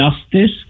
justice